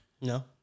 no